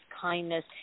kindness